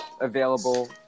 available